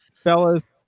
fellas